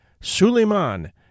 Suleiman